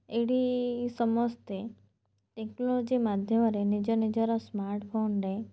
ଏଇଠି ସମସ୍ତେ ଟେକ୍ନୋଲୋଜି ମାଧ୍ୟମରେ ନିଜ ନିଜର ସ୍ମାର୍ଟଫୋନରେ